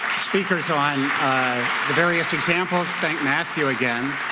speakers on the various examples, thank matthew again.